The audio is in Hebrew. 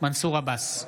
מנסור עבאס,